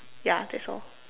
ya that's all